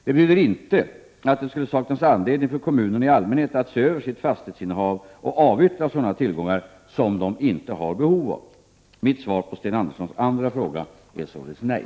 Det betyder inte att det skulle saknas anledning för kommunerna i allmänhet att se över sitt fastighetsinnehav och avyttra sådana tillgångar som de inte har behov av. Mitt svar på Sten Anderssons andra fråga är således nej.